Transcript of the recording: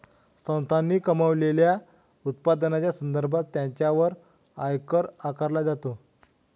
संस्थांनी कमावलेल्या उत्पन्नाच्या संदर्भात त्यांच्यावर आयकर आकारला जातो